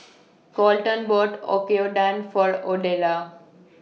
Coleton bought Oyakodon For Odelia